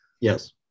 Yes